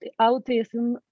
autism